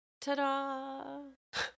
Ta-da